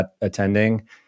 attending